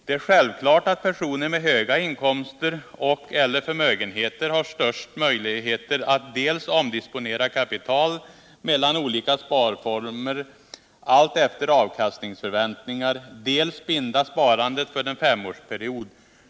Det är självklart att personer med höga inkomster och/eller förmögenheter har de största möjligheterna att dels omdisponera kapital mellan olika sparformer alltefter avkastningsförväntningar, dels binda sparande för en femårsperiod.